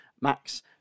Max